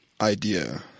idea